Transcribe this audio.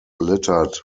littered